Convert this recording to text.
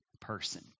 person